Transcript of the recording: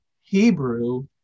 Hebrew